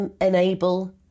enable